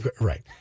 right